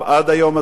אדוני היושב-ראש,